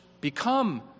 become